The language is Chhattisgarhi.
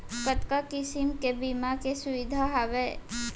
कतका किसिम के बीमा के सुविधा हावे?